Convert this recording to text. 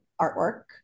artwork